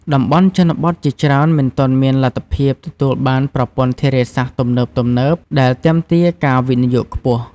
តំបន់ជនបទជាច្រើនមិនទាន់មានលទ្ធភាពទទួលបានប្រព័ន្ធធារាសាស្ត្រទំនើបៗ ដែលទាមទារការវិនិយោគខ្ពស់។